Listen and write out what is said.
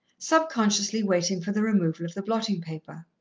subconsciously waiting for the removal of the blotting-paper.